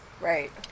right